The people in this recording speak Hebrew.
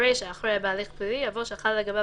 ברישה אחרי "בהליך פלילי" יבוא "שחלה לגביו